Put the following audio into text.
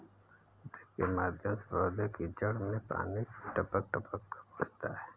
drip के माध्यम से पौधे की जड़ में पानी टपक टपक कर पहुँचता है